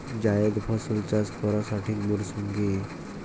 জায়েদ ফসল চাষ করার সঠিক মরশুম কি?